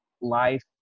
life